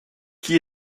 qui